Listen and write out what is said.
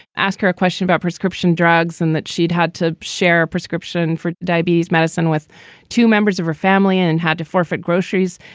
ask her a question about prescription drugs and that she'd had to share a prescription for diabetes medicine with two members of her family and had to forfeit groceries.